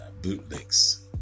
Bootlegs